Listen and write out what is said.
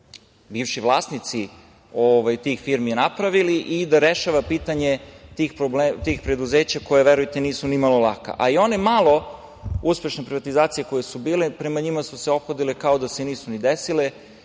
su bivši vlasnici tih firmi napravili i da rešava pitanje tih preduzeća koja, verujte, nisu nimalo laka. A i one malo uspešno privatizacije koje su bile, prema njima su se ophodili kao da se nisu ni desile,